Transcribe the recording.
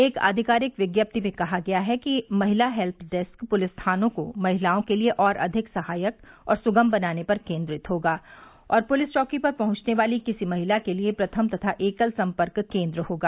एक आधिकारिक विज्ञप्ति में कहा गया है कि महिला हेल्य डेस्क पुलिस थानों को महिलाओं के लिए और अधिक सहायक और सुगम बनाने पर केन्द्रित होगा और पुलिस चौकी पर पहुंचने वाली किसी महिला के लिए प्रथम तथा एकल सम्पर्क केन्द्र होगा